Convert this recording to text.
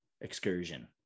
excursion